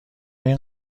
این